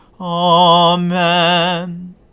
Amen